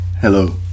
Hello